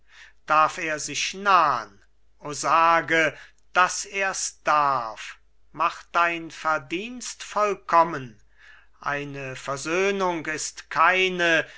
darf er sich nahn o sage daß ers darf mach dein verdienst vollkommen eine versöhnung ist keine